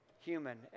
human